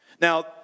Now